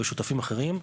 ושותפים אחרים,